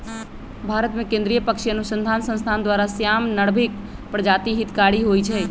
भारतमें केंद्रीय पक्षी अनुसंसधान संस्थान द्वारा, श्याम, नर्भिक प्रजाति हितकारी होइ छइ